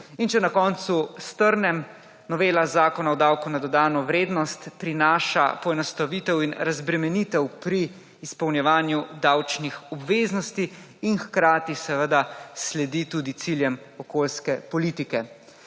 In če na koncu strnem. Novela Zakona o davku na dodano vrednost prinaša poenostavitev in razbremenitev pri izpolnjevanju davčnih obveznosti in hkrati seveda sledi tudi ciljem okoljske politike.